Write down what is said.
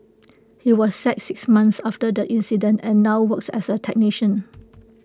he was sacked six months after the incident and now works as A technician